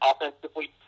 offensively